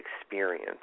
experience